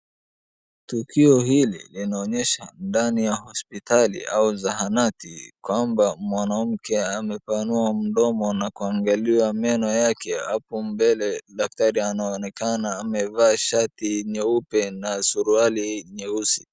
Tukio hili linaonyesha ndani ya hospitali au zahanati kwamba mwanamke amepanua mdomo na kuangaliwa meno yake hapo mbele daktari anaonekana amevaa shati nyeupe na suruali nyeusi.